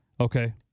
Okay